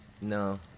No